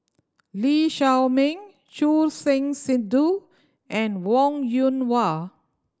Lee Shao Meng Choor Singh Sidhu and Wong Yoon Wah